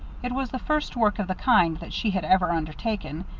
it was the first work of the kind that she had ever undertaken,